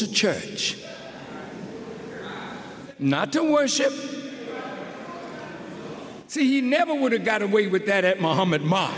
to church not to worship so you never would have got away with that at mohammad ma